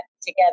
together